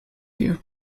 you